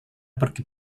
pergi